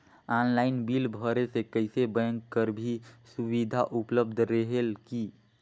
Online bill भरे से कइसे बैंक कर भी सुविधा उपलब्ध रेहेल की?